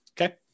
Okay